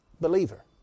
believer